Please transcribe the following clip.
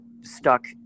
stuck